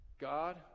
God